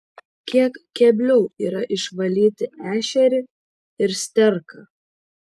kiek kebliau yra išvalyti ešerį ir sterką